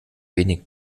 wenig